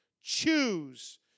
choose